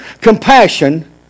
compassion